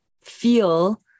feel